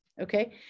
okay